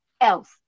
else